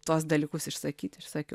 tuos dalykus išsakyti išsakiau